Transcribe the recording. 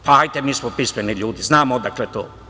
Pa hajte, mi smo pismeni ljudi, znamo odakle to.